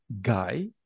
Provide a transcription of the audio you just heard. guy